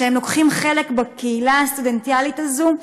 שלוקחים חלק בקהילה הסטודנטיאלית הזו,